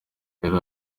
rero